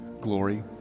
glory